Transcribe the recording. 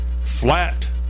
flat